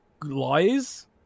Lies